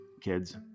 kids